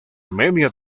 media